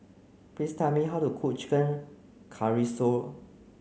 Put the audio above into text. please tell me how to cook Chicken